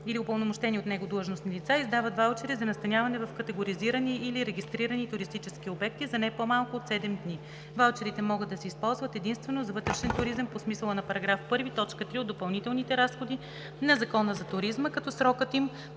или упълномощени от него длъжностни лица издават ваучери за настаняване в категоризирани или регистрирани туристически обекти за не по-малко от седем дни. Ваучерите могат да се използват единствено за вътрешен туризъм по смисъла на § 1, т. 3 от допълнителните разпоредби на Закона за туризма, като срокът им